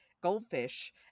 goldfish